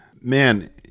Man